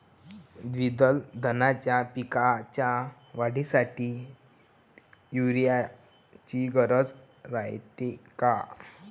द्विदल धान्याच्या पिकाच्या वाढीसाठी यूरिया ची गरज रायते का?